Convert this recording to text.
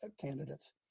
candidates